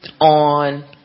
on